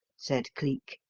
said cleek.